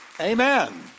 Amen